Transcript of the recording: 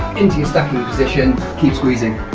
into your stacking position keep squeezing,